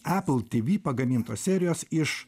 apple tv pagamintos serijos iš